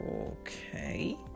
okay